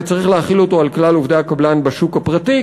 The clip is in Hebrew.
וצריך להחיל אותו על כלל עובדי הקבלן בשוק הפרטי,